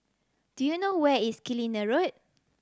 do you know where is Killiney Road